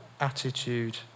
attitude